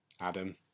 Adam